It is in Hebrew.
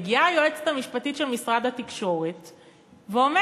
מגיעה היועצת המשפטית של משרד התקשורת ואומרת,